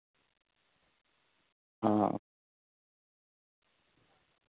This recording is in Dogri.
हां